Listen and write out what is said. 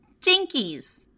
Jinkies